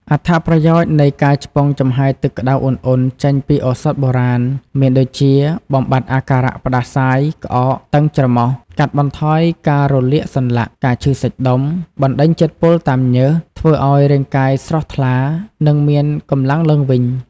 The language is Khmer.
អត្ថប្រយោជន៍នៃការឆ្ពង់ចំហាយទឹកក្តៅឧណ្ឌៗចេញពីឱសថបុរាណ មានដូចជា បំបាត់អាការៈផ្តាសាយ ក្អក តឹងច្រមុះ កាត់បន្ថយការរលាកសន្លាក់ ការឈឺសាច់ដុំ បណ្តេញជាតិពុលតាមញើស ធ្វើឲ្យរាងកាយស្រស់ថ្លា និងមានកម្លាំងឡើងវិញ។